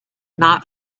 not